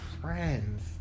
friends